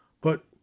But